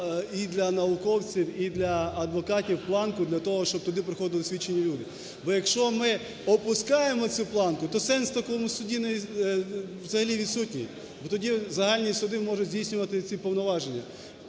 і для науковців, і для адвокатів планку для того, щоб туди приходили освічені люди. Бо якщо ми опускаємо цю планку, то сенс в такому суді взагалі відсутній. Бо тоді загальні суди можуть здійснювати ці повноваження.